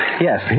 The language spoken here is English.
yes